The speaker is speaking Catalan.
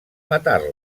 matar